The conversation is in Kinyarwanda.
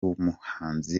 w’umuhanzi